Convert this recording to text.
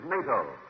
NATO